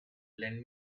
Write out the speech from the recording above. lend